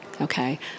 okay